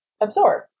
absorb